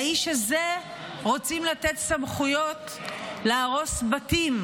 לאיש הזה רוצים לתת סמכויות להרוס בתים.